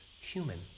human